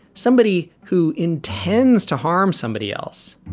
somebody who intends to harm somebody else,